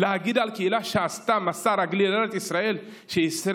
להגיד על קהילה שעשתה מסע רגלי לארץ ישראל שישראל